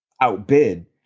outbid